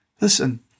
Listen